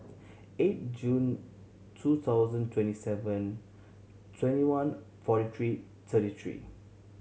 eight June two thousand twenty seven twenty one forty three thirty three